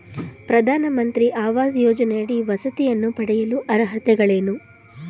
ಪ್ರಧಾನಮಂತ್ರಿ ಆವಾಸ್ ಯೋಜನೆಯಡಿ ವಸತಿಯನ್ನು ಪಡೆಯಲು ಅರ್ಹತೆಗಳೇನು?